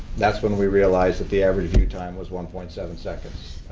that's when we realized that the average view time was one point seven seconds.